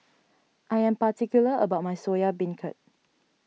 I am particular about my Soya Beancurd